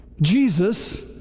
Jesus